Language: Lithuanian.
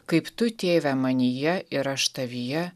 kaip tu tėve manyje ir aš tavyje